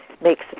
makes